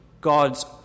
God's